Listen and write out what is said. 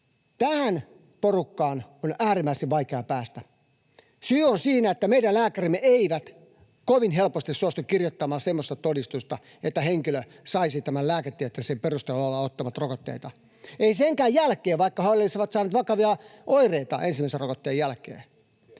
Tähän porukkaan on äärimmäisen vaikea päästä. Syy on siinä, että meidän lääkärimme eivät kovin helposti suostu kirjoittamaan semmoista todistusta, että henkilö saisi tämän lääketieteellisen perusteen olla ottamatta rokotteita — ei senkään jälkeen, vaikka hän olisi saanut vakavia oireita ensimmäisen rokotteen jälkeen.